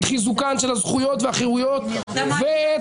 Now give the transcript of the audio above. את חיזוקן של הזכויות והחרויות ואת